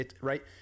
right